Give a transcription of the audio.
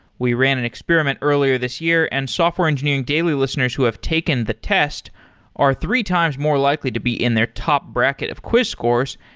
we ran an experiment earlier this year and software engineering daily listeners who have taken the test are three times more likely to be in their top bracket of quiz scores.